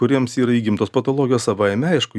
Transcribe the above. kuriems yra įgimtos patologijos savaime aišku